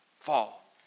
fall